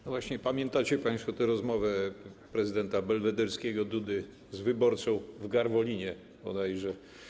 No właśnie, pamiętacie państwo tę rozmowę prezydenta belwederskiego Dudy z wyborcą w Garwolinie bodajże.